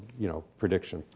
you know, prediction.